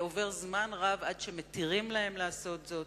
ועובר זמן רב עד שמתירים להם לעשות זאת.